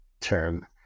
term